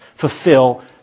fulfill